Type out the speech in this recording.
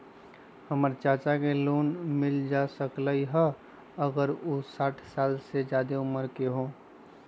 हमर चाचा के लोन मिल जा सकलई ह अगर उ साठ साल से जादे उमर के हों?